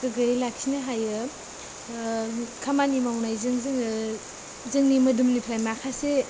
गोग्गोयै लाखिनो हायो खामानि मावनायजों जोङो जोंनि मोदोमनिफ्राय माखासे